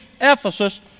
Ephesus